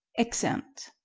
exeunt